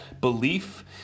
belief